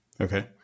okay